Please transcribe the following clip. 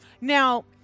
Now